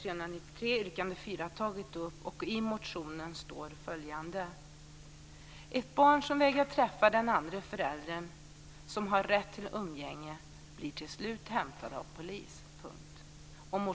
Ett barn som vägrar träffa den andre föräldern med rätt till umgänge, blir till slut hämtad av polis.